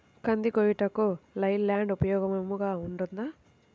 కంది కోయుటకు లై ల్యాండ్ ఉపయోగముగా ఉంటుందా?